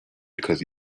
because